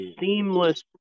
seamless